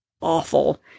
awful